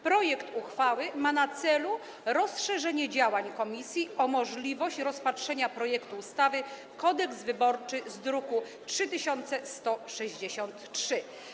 Projekt uchwały ma na celu rozszerzenie zakresu działań komisji o możliwość rozpatrzenia projektu ustawy Kodeks wyborczy z druku nr 3163.